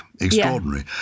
Extraordinary